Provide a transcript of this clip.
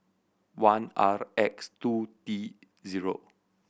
one R X two T zero